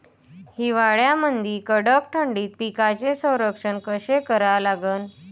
हिवाळ्यामंदी कडक थंडीत पिकाचे संरक्षण कसे करा लागन?